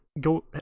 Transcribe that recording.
go